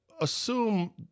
assume